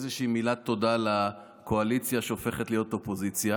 איזושהי מילת תודה לקואליציה שהופכת להיות אופוזיציה,